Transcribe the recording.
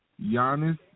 Giannis